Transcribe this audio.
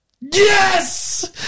Yes